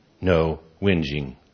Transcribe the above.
no-whinging